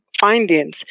findings